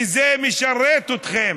כי זה משרת אתכם.